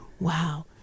wow